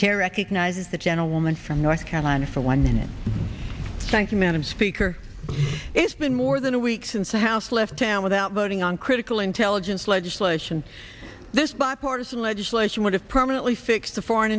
chair recognizes the gentleman from north carolina for one minute thank you madam speaker it's been more than a week since the house left town without voting on critical intelligence legislation this bipartisan legislation would have permanently fix the foreign